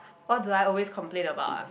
what do I always complain about ah